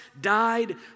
died